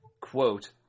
quote